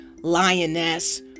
lioness